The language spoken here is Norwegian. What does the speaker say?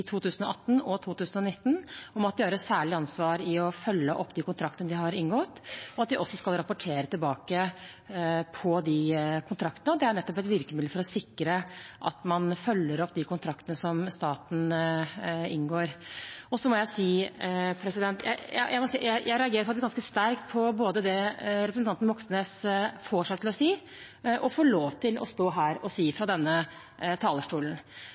2018 og 2019 om at de har et særlig ansvar i å følge opp de kontraktene de har inngått, og at de også skal rapportere tilbake på de kontraktene. Det er nettopp et virkemiddel for å sikre at man følger opp de kontraktene som staten inngår. Jeg må si at jeg reagerer ganske sterkt på både det representanten Moxnes får seg til å si, og det han får lov til å stå og si her fra denne talerstolen.